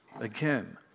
Again